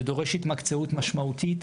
זה דורש התמקצעות משמעותית.